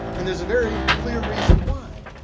and there's a very clear reason why.